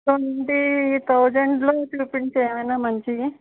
twenty thousand లో చూపించు ఏమైనా మంచివి